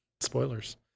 spoilers